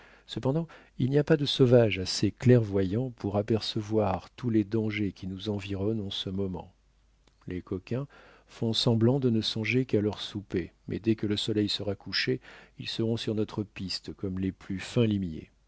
cependant il n'y a pas de sauvages assez clairvoyants pour apercevoir tous les dangers qui nous environnent en ce moment les coquins font semblant de ne songer qu'à leur souper mais dès que le soleil sera couché ils seront sur notre piste comme les plus fins limiers